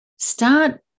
Start